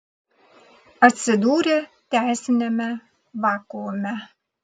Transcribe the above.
atsidūrė teisiniame vakuume